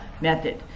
method